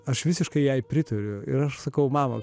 aš visiškai jai pritariu ir aš sakau mama